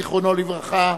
זיכרונו לברכה,